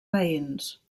veïns